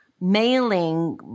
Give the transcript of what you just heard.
mailing